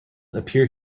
appear